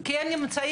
וגם כמובן